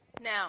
Now